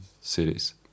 cities